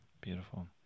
Beautiful